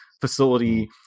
facility